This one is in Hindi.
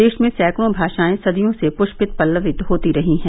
देश में सैंकड़ों भाषायें सदियों से पुष्पित और पल्लवित होती रही हैं